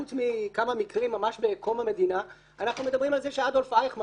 חוץ מכמה מקרים בקום המדינה אנחנו מדברים על זה שאדולף אייכמן